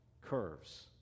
curves